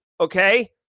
Okay